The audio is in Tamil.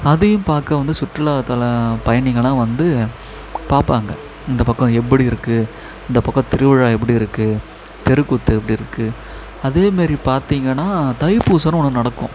அதையும் பார்க்க வந்த சுற்றுலாத்தல பயணிங்கள்லாம் வந்து பார்ப்பாங்க இந்த பக்கம் எப்படி இருக்குது இந்த பக்கம் திருவிழா எப்படி இருக்குது தெருக்கூத்து எப்படி இருக்குது அதேமாரி பார்த்தீங்கன்னா தைப்பூசம்னு ஒன்று நடக்கும்